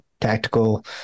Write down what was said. tactical